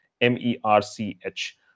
M-E-R-C-H